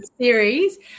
series